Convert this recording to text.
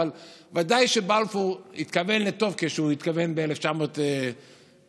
ודאי שבלפור התכוון לטוב כשהוא התכוון ב-1917,